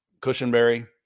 Cushenberry